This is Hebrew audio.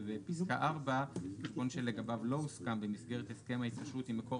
ובפסקה 4 תיקון שלגביו לא הוסכם "במסגרת הסכם ההתקשרות עם מקור